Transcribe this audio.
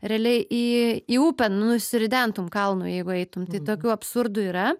realiai į į upę nusiridentum kalnu jeigu eitum tai tokių absurdų yra